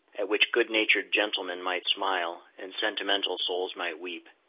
at which good-natured gentlemen might smile, and sentimental souls might weep.